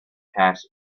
has